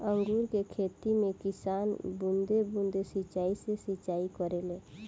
अंगूर के खेती में किसान बूंद बूंद सिंचाई से सिंचाई करेले